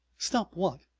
stop what?